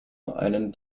einen